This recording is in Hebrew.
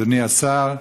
אדוני השר,